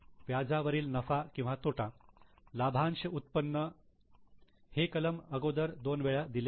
व्याजा वरील नफा किंवा तोटा लाभांश उत्पन्न साध्या हे कलम अगोदर दोन वेळा दिले होते